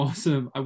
Awesome